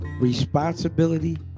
responsibility